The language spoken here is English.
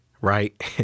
Right